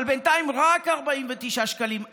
אבל בינתיים רק 49 שקלים.